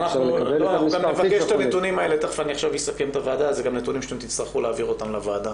גם נתונים שתצטרכו להעביר לוועדה